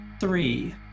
Three